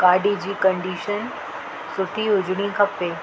गाॾी जी कंडीशन सुठी हुजणु खपे